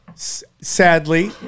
sadly